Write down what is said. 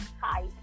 hi